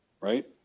Right